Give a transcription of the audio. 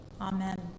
Amen